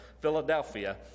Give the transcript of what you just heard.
Philadelphia